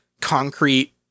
concrete